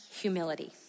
humility